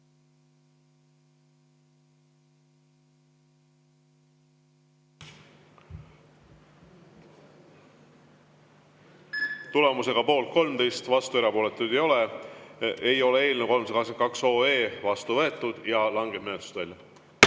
Tulemusega poolt 13, vastu ja erapooletuid ei ole, ei ole eelnõu 322 vastu võetud ja langeb menetlusest välja.